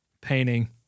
painting